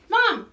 Mom